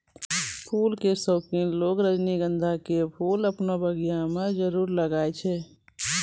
फूल के शौकिन लोगॅ रजनीगंधा के फूल आपनो बगिया मॅ जरूर लगाय छै